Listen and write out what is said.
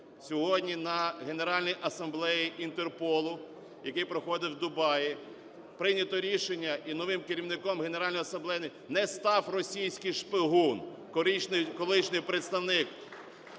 Сьогодні на Генеральній асамблеї Інтерполу, яка проходила в Дубаї, прийнято рішення і новим керівником Генеральної асамблеї не став російський шпигун, колишній представник